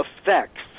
effects